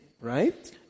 right